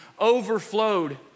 overflowed